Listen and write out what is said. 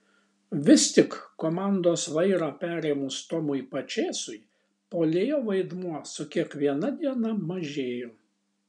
vis tik komandos vairą perėmus tomui pačėsui puolėjo vaidmuo su kiekviena diena mažėjo